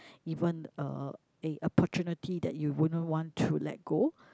even uh a opportunity that you wouldn't want to let go